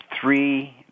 three